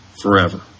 forever